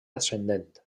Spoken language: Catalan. ascendent